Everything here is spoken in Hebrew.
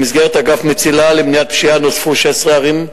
במסגרת אגף מציל"ה למניעת פשיעה, נוספו 16 ערים,